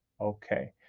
okay